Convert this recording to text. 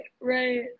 right